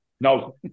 No